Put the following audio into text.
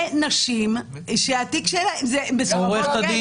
זה נשים שהתיק שלהן --- עורכת הדין